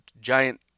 giant